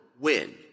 win